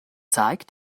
zeigt